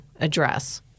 address